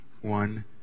one